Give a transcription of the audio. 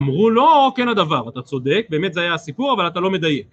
אמרו לו, כן הדבר. אתה צודק, באמת זה היה הסיפור, אבל אתה לא מדייק